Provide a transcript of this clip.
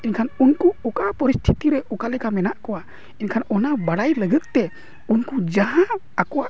ᱮᱱᱠᱷᱟᱱ ᱩᱱᱠᱩ ᱚᱠᱟ ᱯᱚᱨᱤᱥᱛᱷᱤᱛᱮ ᱨᱮ ᱚᱠᱟ ᱞᱮᱠᱟ ᱢᱮᱱᱟᱜ ᱠᱚᱣᱟ ᱮᱱᱠᱷᱟᱱ ᱚᱱᱟ ᱵᱟᱲᱟᱭ ᱞᱟᱹᱜᱤᱫᱛᱮ ᱩᱱᱠᱩ ᱡᱟᱦᱟᱸ ᱟᱠᱚᱣᱟᱜ